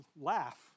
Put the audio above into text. laugh